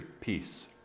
peace